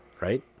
Right